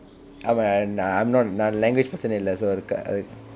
ஆமாம் நான்:aamaam naan I'm not நான்:naan language person இல்லை:illai so அது:athu